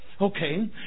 Okay